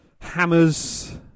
hammers